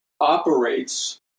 operates